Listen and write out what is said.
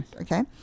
okay